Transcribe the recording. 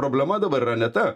problema dabar yra ne ta